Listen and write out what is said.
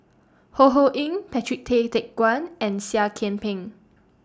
Ho Ho Ying Patrick Tay Teck Guan and Seah Kian Peng